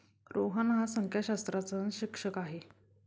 रोहन हा संख्याशास्त्राचा शिक्षक आहे